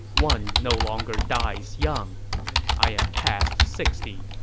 one no longer dies young i am past sixty,